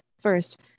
First